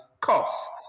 costs